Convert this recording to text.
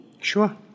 Sure